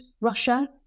Russia